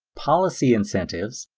policy incentives,